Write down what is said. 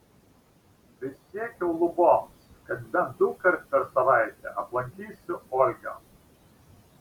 prisiekiau luboms kad bent dukart per savaitę aplankysiu olgą